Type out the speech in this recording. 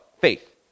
faith